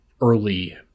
early